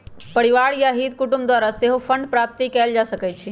परिवार आ हित कुटूम द्वारा सेहो फंडके प्राप्ति कएल जा सकइ छइ